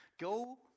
Go